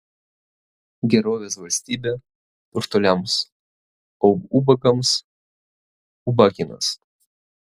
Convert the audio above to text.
gerovės valstybė turtuoliams o ubagams ubagynas